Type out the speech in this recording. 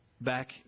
Back